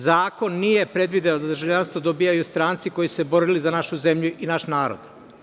Zakon nije predvideo da državljanstvo dobijaju stranci koji su se borili za našu zemlju i naš narod.